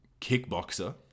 kickboxer